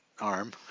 arm